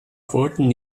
wurden